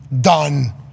done